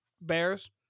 Bears